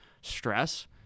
stress